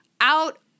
out